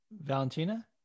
Valentina